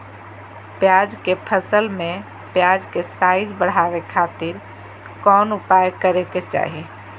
प्याज के फसल में प्याज के साइज बढ़ावे खातिर कौन उपाय करे के चाही?